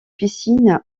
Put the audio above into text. piscine